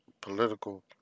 political